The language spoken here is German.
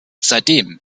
seitdem